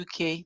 uk